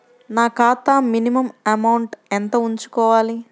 నా ఖాతా minimum amount ఎంత ఉంచుకోవాలి?